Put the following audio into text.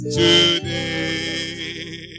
today